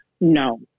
no